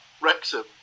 Wrexham